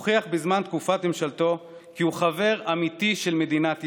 בזמן תקופת ממשלתו טראמפ הוכיח כי הוא חבר אמיתי של מדינת ישראל: